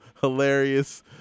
hilarious